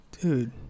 dude